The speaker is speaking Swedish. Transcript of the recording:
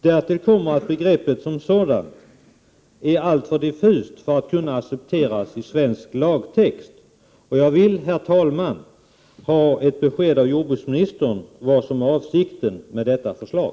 Därtill kommer att begreppet som sådant är alltför diffust för att kunna accepteras i svensk lagtext. Jag vill, herr talman, ha ett besked av jordbruksministern om vad som är avsikten med detta förslag.